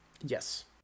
Yes